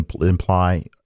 imply